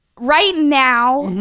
right now,